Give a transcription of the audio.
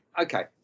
Okay